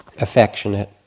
affectionate